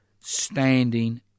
Standing